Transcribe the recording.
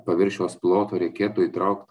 paviršiaus ploto reikėtų įtraukt